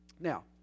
Now